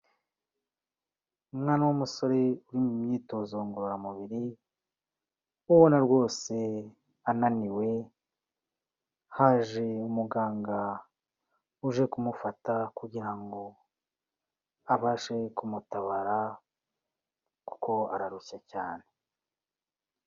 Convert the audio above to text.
Umwana w'umusore uri mu myitozo ngororamubiri, ubona rwose ananiwe, haje umuganga uje kumufata kugira ngo abashe kumutabara kuko ararushye cyane.